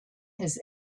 his